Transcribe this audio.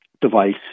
device